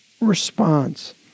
response